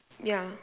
yeah